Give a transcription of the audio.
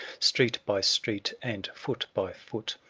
street by street, and foot by foot,